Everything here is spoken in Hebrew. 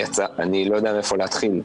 אני לא יודע מאיפה להתחיל,